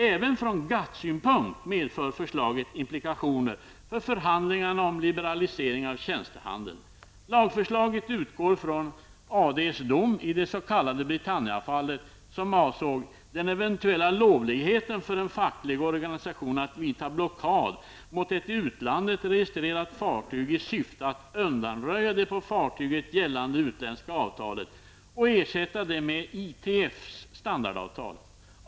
Även från GATT-synpunkt medför förslaget implikationer för förhandlingarna om liberalisering av tjänstehandeln. Lagförslaget utgår från ADs dom i det s.k. Britannia-fallet, som avsåg den eventuella lovligheten för en facklig organisation att vidta blockad mot ett i utlandet registrerat fartyg i syfte att undanröja det på fartyget gällande utländska avtalet och ersätta det med ITFs standardavtal.